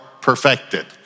Perfected